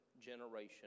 generation